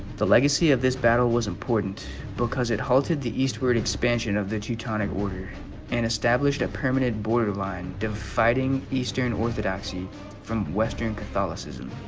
the legacy of this battle was important because it halted the eastward expansion of the teutonic order and established a permanent border line dividing eastern orthodoxy from western catholicism